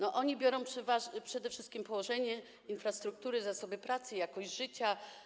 Oni biorą przede wszystkim położenie, infrastrukturę, zasoby pracy, jakość życia.